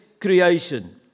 creation